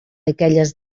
aquelles